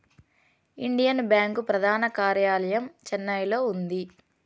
Indian Bank ప్రధాన కార్యాలయం చెన్నైలో ఉంది